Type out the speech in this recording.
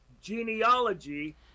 genealogy